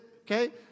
okay